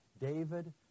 David